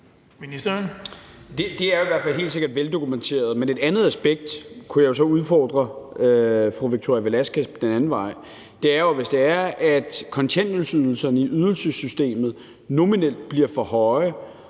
Det er i hvert fald helt sikkert veldokumenteret. Men et andet aspekt kunne jeg jo så udfordre fru Victoria Velasquez med – det er, at hvis det er, at kontanthjælpsydelserne i ydelsessystemet nominelt bliver for høje